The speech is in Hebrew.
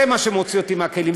זה מה שמוציא אותי מהכלים.